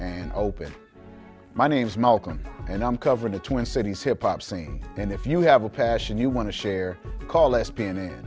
and open my name's malcolm and i'm covering the twin cities hip hop scene and if you have a passion you want to share call s p n and